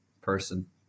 person